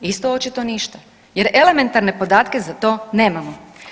Isto očito ništa, jer elementarne podatke za to nemamo.